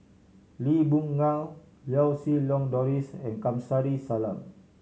Lee Boon Ngan Lau Siew Lang Doris and Kamsari Salam